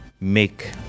make